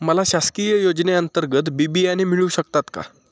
मला शासकीय योजने अंतर्गत बी बियाणे मिळू शकतात का?